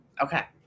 okay